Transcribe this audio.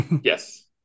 Yes